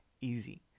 easy